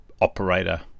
operator